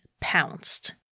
pounced